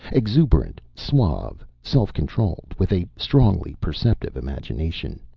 exuberant, suave, self-controlled, with a strongly perceptive imagination.